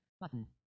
button